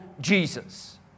Jesus